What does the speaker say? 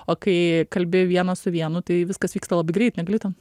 o kai kalbi vienas su vienu tai viskas vyksta labai greit negali ten